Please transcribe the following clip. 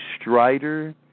Strider